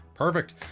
Perfect